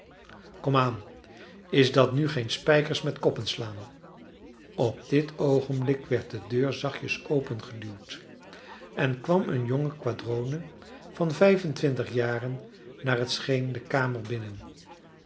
aan is dat nu geen spijkers met koppen slaan op dit oogenblik werd de deur zachtjes opengeduwd en kwam eene jonge quadrone van vijf-en-twintig jaren naar het scheen de kamer binnen